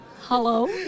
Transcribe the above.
Hello